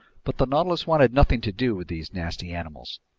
but the nautilus wanted nothing to do with these nasty animals.